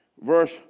verse